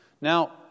Now